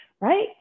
right